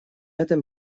этом